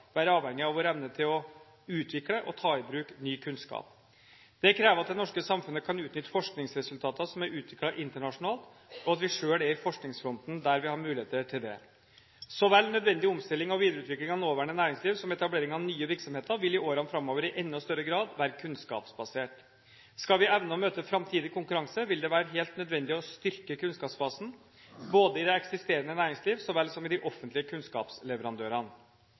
være avhengig av vår evne til å utvikle og ta i bruk ny kunnskap. Dette krever at det norske samfunnet kan utnytte forskningsresultater som er utviklet internasjonalt, og at vi selv er i forskningsfronten der vi har muligheter til det. Så vel nødvendig omstilling og videreutvikling av nåværende næringsliv som etablering av nye virksomheter vil i årene framover i enda større grad være kunnskapsbasert. Skal vi evne å møte framtidig konkurranse, vil det være helt nødvendig å styrke kunnskapsbasen i det eksisterende næringsliv så vel som i de offentlige kunnskapsleverandørene.